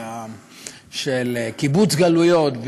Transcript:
של קיבוץ גלויות,